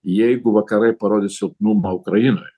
jeigu vakarai parodys silpnumą ukrainoje